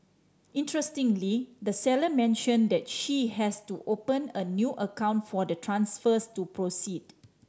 interestingly the seller mentioned that she has to open a new account for the transfers to proceed